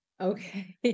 Okay